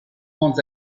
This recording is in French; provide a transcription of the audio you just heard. grandes